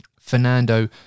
Fernando